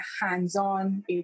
hands-on